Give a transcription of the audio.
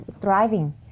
thriving